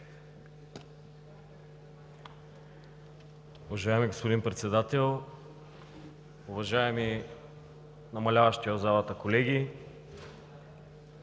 Уважаеми господин Председател, уважаеми намаляващи в залата колеги!